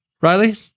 Riley